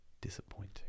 disappointing